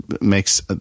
makes